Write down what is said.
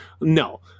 no